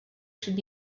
should